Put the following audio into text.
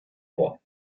vor